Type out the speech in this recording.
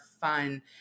fun